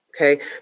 Okay